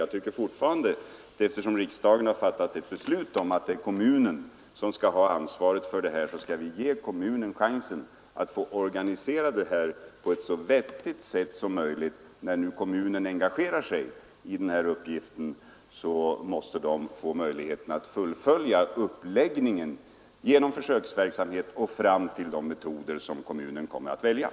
Jag tycker fortfarande att eftersom riksdagen har fattat ett beslut om att det är kommunen som skall ha ansvaret för detta, så skall vi ge kommunen chansen att få organisera det på ett så vettigt sätt som möjligt. När nu kommunen engagerar sig i den här uppgiften, måste den få möjlighet att fullfölja uppläggningen av försöksverksamheten och sedan välja de metoder som kommunen finner lämpligast.